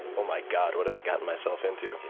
oh my god, what have i gotten myself into?